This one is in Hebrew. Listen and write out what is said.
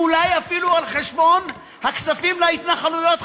אולי אפילו על חשבון הכספים להתנחלויות,